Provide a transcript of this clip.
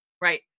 Right